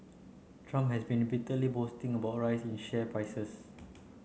Trump has been repeatedly boasting about rise in share prices